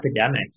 epidemic